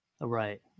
Right